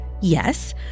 yes